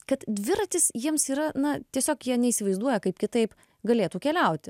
kad dviratis jiems yra na tiesiog jie neįsivaizduoja kaip kitaip galėtų keliauti